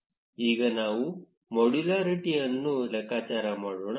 ಈಗ ನಾವು ಮಾಡ್ಯುಲಾರಿಟಿಯನ್ನು ಲೆಕ್ಕಾಚಾರ ಮಾಡೋಣ